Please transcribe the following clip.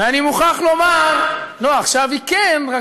ואני מוכרח לומר, לא, עכשיו היא כן, רק